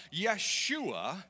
Yeshua